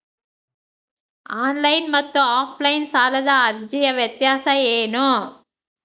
Online ಮತ್ತು offline ಸಾಲದ ಅರ್ಜಿಯ ವ್ಯತ್ಯಾಸ ಏನು?